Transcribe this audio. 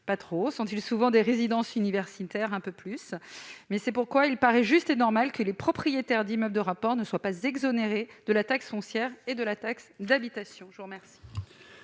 Pas trop ! Sont-ils souvent des résidences universitaires ? Un peu plus ... C'est pourquoi il paraît juste et normal que les propriétaires d'immeubles de rapport ne puissent être exonérés ni de la taxe foncière ni de la taxe d'habitation. L'amendement